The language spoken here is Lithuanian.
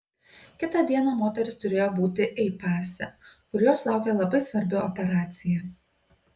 kitą dieną moteris turėjo būti ei pase kur jos laukė labai svarbi operacija